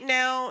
now